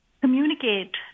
communicate